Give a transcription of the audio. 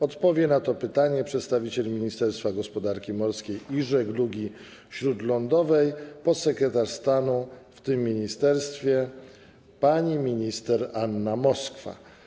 Odpowie na to pytanie przedstawiciel Ministerstwa Gospodarki Morskiej i Żeglugi Śródlądowej podsekretarz stanu w tym ministerstwie pani minister Anna Moskwa.